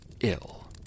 ill